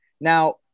Now